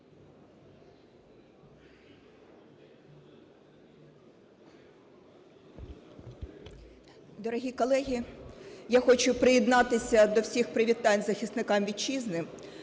Дорогі колеги, я хочу приєднатися до всіх привітань захисникам Вітчизни.